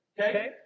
Okay